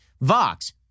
Vox